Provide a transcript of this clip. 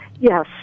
Yes